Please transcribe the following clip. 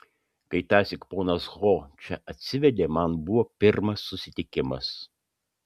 kai tąsyk ponas ho čia atsivedė man buvo pirmas susitikimas